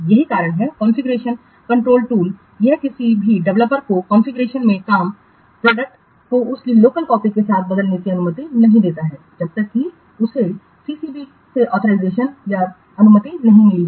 यही कारण है कि कॉन्फ़िगरेशन कंट्रोल टूल यह किसी भी डेवलपर को कॉन्फ़िगरेशन में काम प्रोडक्ट को उसकी लोकल कॉपी के साथ बदलने की अनुमति नहीं देता है जब तक कि उसे सीसीबी सेऑथराइजेशनया अनुमति नहीं मिलती है